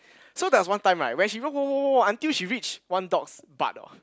so there's one time right when she walk walk walk walk walk until she reach one dog's butt oh